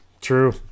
true